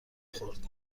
خورد